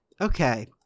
Okay